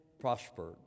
prospered